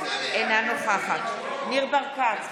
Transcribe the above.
אינה נוכחת ניר ברקת,